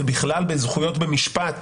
ובכלל בזכויות במשפט